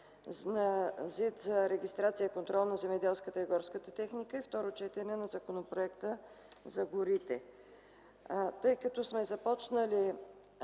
за регистрация и контрол на земеделската и горската техника и Второ четене на Законопроекта за горите. Тъй като сме започнали